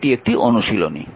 এটি একটি অনুশীলনী